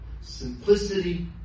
simplicity